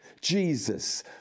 Jesus